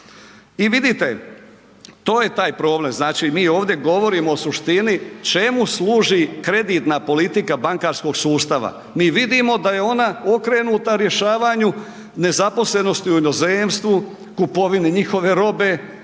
I vidite, to je taj problem. Znači mi ovdje govorimo o suštini čemu služi kreditna politika bankarskog sustava. Mi vidimo da je ona okrenuta rješavanju nezaposlenosti u inozemstvu, kupovini njihove robe,